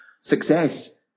success